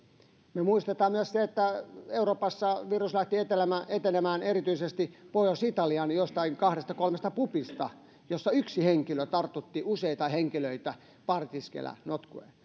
me muistamme myös sen että euroopassa virus lähti etenemään etenemään erityisesti pohjois italiaan jostain kahdesta kolmesta pubista joissa yksi henkilö tartutti useita henkilöitä baaritiskeillä notkuen